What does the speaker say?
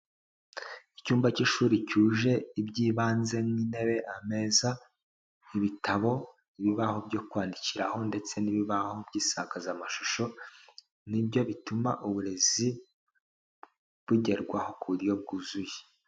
Icyumba cy'ishuri cyuje iby'ibanze nk'intebe, ameza, ibitabo, ibibaho byo kwandikiraho ndetse n'ibibaho by'isakazamashusho ni nibyo bituma uburezi bugerwaho ku buryo bwuzuye.